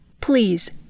Please